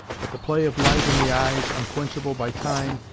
but the play of light in the eyes, unquenchable by time,